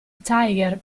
tiger